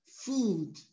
food